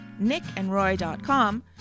nickandroy.com